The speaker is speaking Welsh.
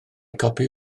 copi